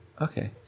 Okay